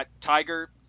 Tiger